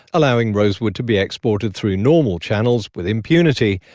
allowing rosewood to be exported through normal channels with impunity.